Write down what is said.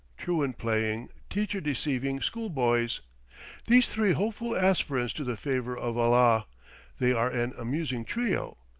truant-playing, teacher-deceiving school-boys these three hopeful aspirants to the favor of allah they are an amusing trio,